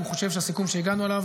והוא חושב שהסיכום שהגענו אליו